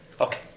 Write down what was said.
Okay